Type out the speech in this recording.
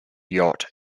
yacht